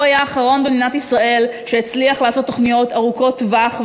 הוא היה האחרון במדינת ישראל שהצליח לעשות תוכניות ארוכות-טווח,